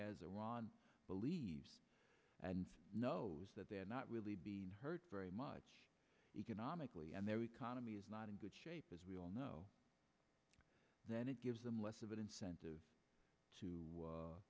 iran believes and knows that they're not really being hurt very much economically and their economy is not in good shape as we all know then it gives them less of an incentive to